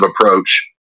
approach